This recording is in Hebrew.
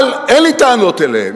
אבל אין לי טענות אליהם.